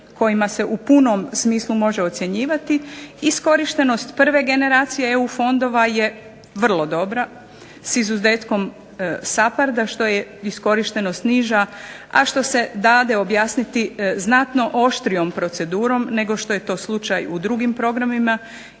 kojima se u punom smislu može ocjenjivati, iskorištenost prve generacije EU fondova je vrlo dobra s izuzetkom SAPARDA koja je iskorištenost niža a što se dade objasniti znatno oštrijom procedurom nego što je to slučaj u drugim programima